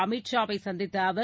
அமித் ஷாவை சந்தித்த அவர்